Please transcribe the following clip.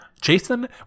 Jason